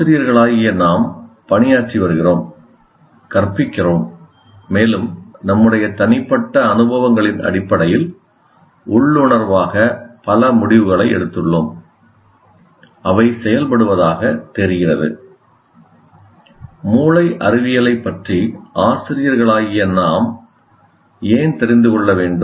ஆசிரியர்களாகிய நாம் பணியாற்றி வருகிறோம் கற்பிக்கிறோம் மேலும் நம்முடைய தனிப்பட்ட அனுபவங்களின் அடிப்படையில் உள்ளுணர்வாக பல முடிவுகளை எடுத்துள்ளோம் அவை செயல்படுவதாகத் தெரிகிறது மூளை அறிவியலைப் பற்றி ஆசிரியர்களாகிய நாம் ஏன் தெரிந்து கொள்ள வேண்டும்